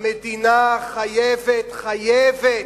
המדינה חייבת, חייבת,